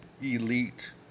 elite